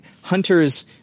Hunters